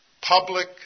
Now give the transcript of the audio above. public